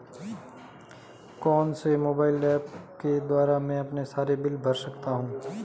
कौनसे mobile apps के द्वारा मैं अपने सारे बिल भर सकता हूं?